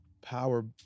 Power